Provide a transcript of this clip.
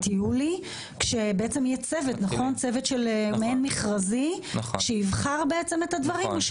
יולי כשיהיה צוות מעין מכרזי שיבחר את הדברים?